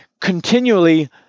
continually